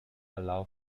allow